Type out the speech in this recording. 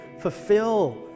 fulfill